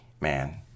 man